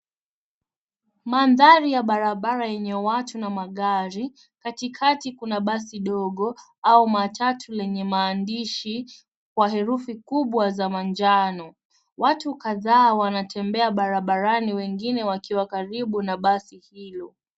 Mandhari ya barabara yenye watu na magari. Katikati kuna basi dogo au matatu lenye maandishi kwa herufi kubwa za manjano, watu kadhaa wanatembea barabarani wengine wakiwa karibu na basi hilo.